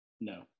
No